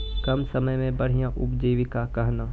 कम समय मे बढ़िया उपजीविका कहना?